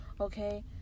okay